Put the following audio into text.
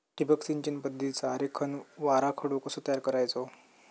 ठिबक सिंचन पद्धतीचा आरेखन व आराखडो कसो तयार करायचो?